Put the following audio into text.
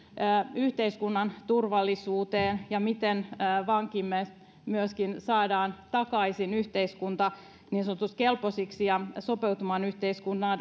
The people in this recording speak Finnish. yhteiskunnan turvallisuuteen ja siihen miten vankimme myöskin saadaan takaisin niin sanotusti yhteiskuntakelpoisiksi ja sopeutumaan